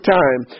time